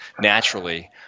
naturally